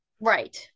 Right